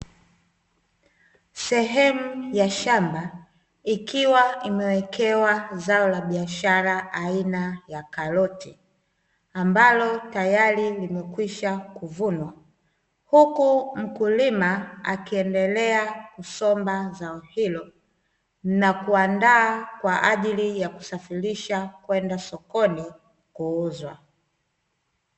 Sehemu ya shamba ikiwa imewekewa zao la biashara aina ya karoti, ambalo tayari limekwisha kuvunwa. Huku mkulima akiendelea kusomba zao hilo na kuandaa kwa ajili ya kusafirisha kwenda sokoni kuuzwa.